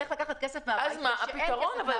אז מה הפתרון?